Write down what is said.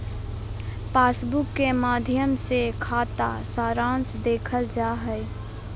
passbook के माध्मय से खाता सारांश देखल जा हय